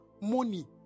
money